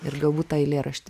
ir galbūt tą eilėraštį